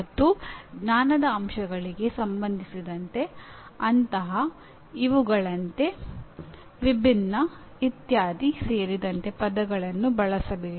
ಮತ್ತು ಜ್ಞಾನದ ಅಂಶಗಳಿಗೆ ಸಂಬಂಧಿಸಿದಂತೆ "ಅಂತಹ ಇವುಗಳಂತೆ ವಿಭಿನ್ನ ಇತ್ಯಾದಿ" ಸೇರಿದಂತೆ ಪದಗಳನ್ನು ಬಳಸಬೇಡಿ